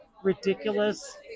Ridiculous